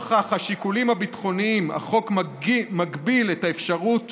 נוכח השיקולים הביטחוניים, החוק מגביל את האפשרות